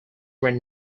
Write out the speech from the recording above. were